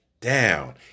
down